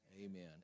Amen